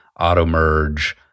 AutoMerge